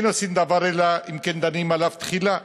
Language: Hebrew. אין עושים דבר אלא אם כן דנים עליו תחילה,